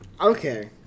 Okay